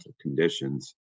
conditions